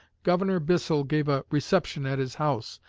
governor bissell gave a reception at his house,